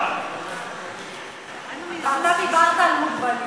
ואתה דיברת על מוגבלים.